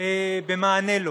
במענה לו.